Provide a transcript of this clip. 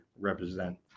represent